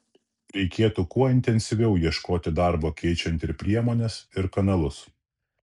reikėtų kuo intensyviau ieškoti darbo keičiant ir priemones ir kanalus